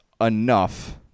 enough